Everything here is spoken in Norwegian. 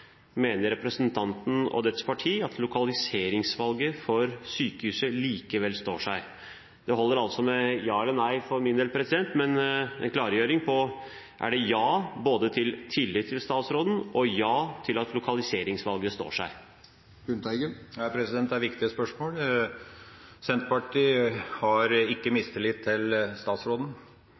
mener representanten og hans parti at lokaliseringsvalget for sykehuset likevel står seg? Det holder med ja eller nei for min del, men jeg vil gjerne ha en klargjøring med hensyn til om det er både ja til tillit til statsråden og ja til at lokaliseringsvalget står seg. Det er viktige spørsmål. Senterpartiet har ikke mistillit til statsråden.